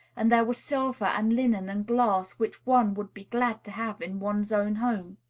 and there were silver and linen and glass which one would be glad to have in one's own home.